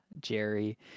Jerry